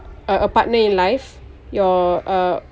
a a partner in life your uh